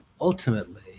ultimately